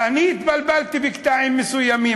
ואני התבלבלתי בקטעים מסוימים,